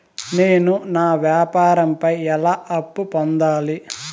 నేను నా వ్యాపారం పై ఎలా అప్పు పొందాలి?